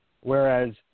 Whereas